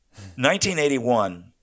1981